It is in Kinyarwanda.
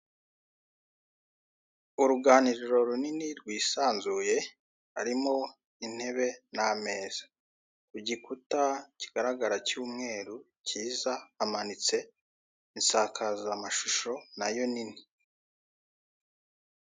Uruganiriro runini rwisanzuye harimo intebe nameza, kugikuta kigaragara c'yumweru kiza hamanitse insakazamashusho nayo nini.